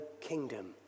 kingdom